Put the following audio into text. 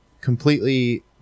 completely